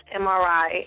MRI